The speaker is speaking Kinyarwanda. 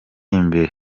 imbere